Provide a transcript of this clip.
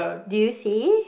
do you see